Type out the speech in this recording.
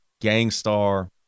Gangstar